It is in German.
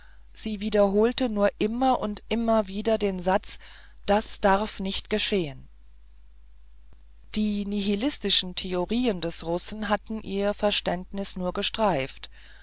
sie wiederholte nur immer und immer wieder den satz das darf nicht geschehen die nihilistischen theorien des russen hatten ihr verständnis nur gestreift